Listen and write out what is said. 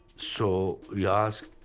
so you ask